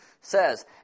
says